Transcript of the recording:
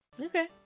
Okay